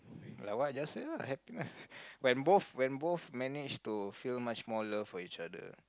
like I just said lah happiness when both when both manage to feel much more love for each other